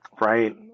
right